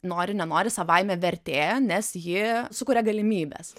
nori nenori savaime vertė nes ji sukuria galimybes